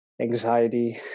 anxiety